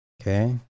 Okay